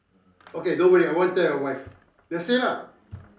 okay don't worry I won't tell your wife just say lah